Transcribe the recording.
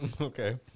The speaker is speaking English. Okay